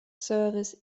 service